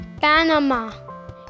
Panama